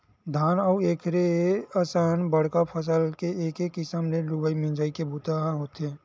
धान अउ एखरे असन बड़का फसल के एके किसम ले लुवई मिजई के बूता ह होथे